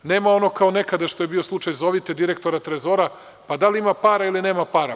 Nema ono kao nekada što je bio slučaj – zovite direktora Trezora, pa da li ima para ili nema para.